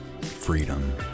freedom